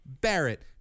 Barrett